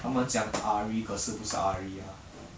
他们讲 ahri 可是不是 ahri